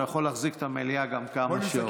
הוא יכול להחזיק את המליאה גם כמה שעות.